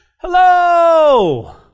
Hello